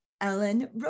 Ellen